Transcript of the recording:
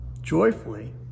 joyfully